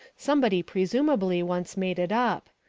somebody presumably once made it up.